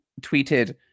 Tweeted